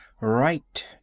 Right